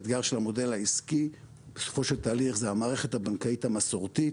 האתגר של המודל העסקי בסופו של תהליך זה המערכת הבנקאית המסורתית